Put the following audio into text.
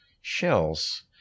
shells